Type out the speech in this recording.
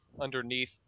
underneath